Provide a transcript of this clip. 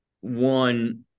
one